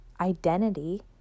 identity